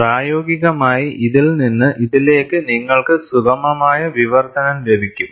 പ്രായോഗികമായി ഇതിൽ നിന്ന് ഇതിലേക്ക് നിങ്ങൾക്ക് സുഗമമായ വിവർത്തനം ലഭിക്കും